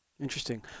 Interesting